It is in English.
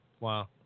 wow